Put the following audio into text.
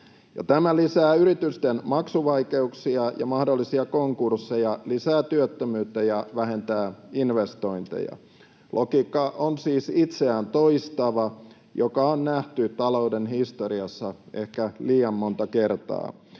tämä lisää yritysten maksuvaikeuksia ja mahdollisia konkursseja, lisää työttömyyttä ja vähentää investointeja. Logiikka on siis itseään toistava, ja se on nähty talouden historiassa ehkä liian monta kertaa.